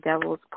devil's